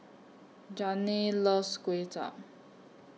Janae loves Kway Chap